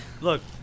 Look